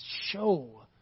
show